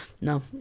no